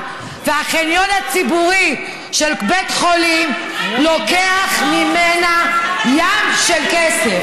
והחניון הציבורי של בית חולים לוקח ממנה ים של כסף.